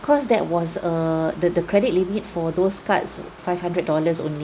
that was err the the credit limit for those cards w~ five hundred dollars only